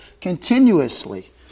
continuously